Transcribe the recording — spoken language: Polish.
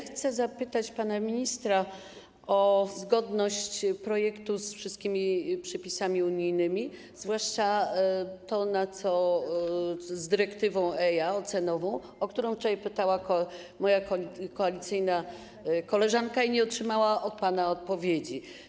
Chcę zapytać pana ministra o zgodność projektu z wszystkimi przepisami unijnymi, zwłaszcza jeśli chodzi o dyrektywę EIA, ocenową, o którą wczoraj pytała moja koalicyjna koleżanka, która nie otrzymała od pana odpowiedzi.